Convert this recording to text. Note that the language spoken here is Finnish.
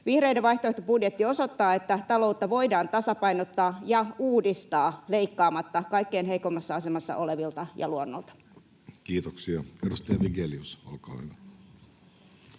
Vihreiden vaihtoehtobudjetti osoittaa, että taloutta voidaan tasapainottaa ja uudistaa leikkaamatta kaikkein heikoimmassa asemassa olevilta ja luonnolta. [Speech 164] Speaker: Jussi Halla-aho